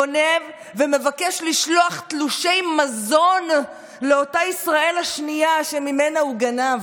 גונב ומבקש לשלוח תלושי מזון לאותה ישראל השנייה שממנה הוא גנב.